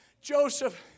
Joseph